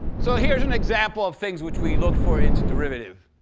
so here's an example of things which we looked for. it's derivative.